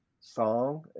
song